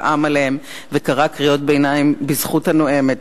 זעם עליהם וקרא קריאות ביניים בזכות הנואמת.